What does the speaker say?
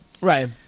Right